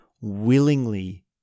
willingly